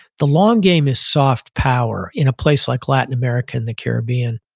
the long game is soft power in a place like latin america and the caribbean.